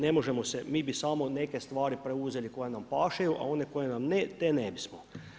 Ne možemo se, mi bi samo neke stvari preuzeli koje nam pašeju, a one koje nam ne, te ne bismo.